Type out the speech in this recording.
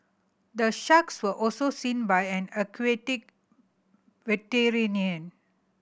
the sharks were also seen by an aquatic veterinarian